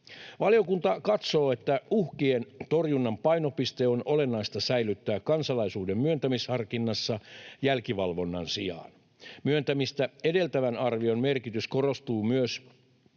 Valiokunta katsoo, että uhkien torjunnan painopiste on olennaista säilyttää kansalaisuuden myöntämisharkinnassa jälkivalvonnan sijaan. Myöntämistä edeltävän arvion merkitys korostuu myös